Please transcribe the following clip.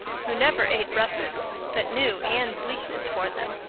who never ate russets but knew anne's weakness for them.